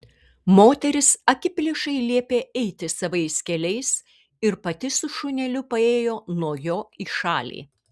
moteris akiplėšai liepė eiti savais keliais ir pati su šuneliu paėjo nuo jo į šalį